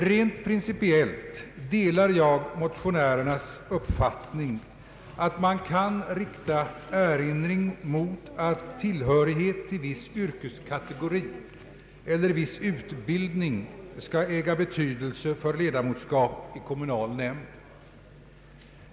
Rent principiellt delar jag motionärernas uppfattning att man kan rikta erinring mot att tillhörighet till viss yrkeskategori eller viss utbildning skall äga betydelse för ledamotskap i kommunal nämnd.